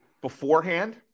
Beforehand